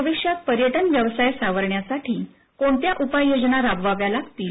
भविष्यात पर्यटन व्यवसाय सावरण्यासाठीकोणत्या उपाययोजना राबवाव्या लागतील